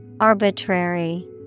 Arbitrary